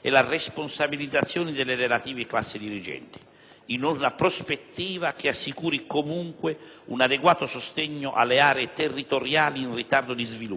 e la responsabilizzazione delle relative classi dirigenti, in una prospettiva che assicuri comunque un adeguato sostegno alle aree territoriali in ritardo di sviluppo